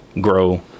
grow